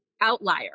outlier